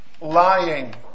lying